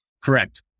Correct